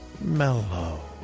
mellow